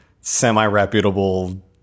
semi-reputable